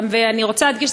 אני רוצה להדגיש,